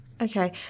Okay